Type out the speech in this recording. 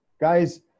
guys